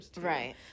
Right